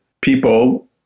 people